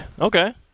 okay